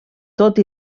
tot